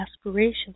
aspirations